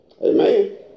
Amen